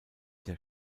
der